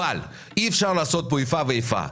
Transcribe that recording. אבל אי-אפשר לעשות פה איפה ואיפה.